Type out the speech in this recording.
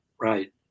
Right